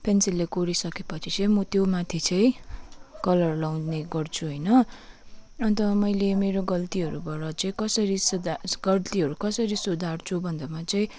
पेन्सिलले कोरिसकेपछि चाहिँ म त्योमाथि चाहिँ कलर लाउने गर्छु होइन अन्त मैले मेरो गल्तीहरूबाट चाहिँ कसरी सुधार गल्तीहरू कसरी सुधार्छु भन्दामा चाहिँ